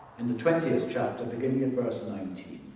in the twentieth chapter, beginning in verse nineteen,